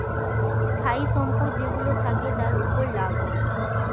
স্থায়ী সম্পদ যেইগুলো থাকে, তার উপর লাভ হয়